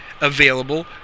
available